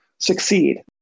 succeed